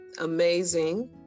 amazing